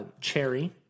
Cherry